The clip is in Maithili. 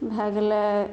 भै गेलै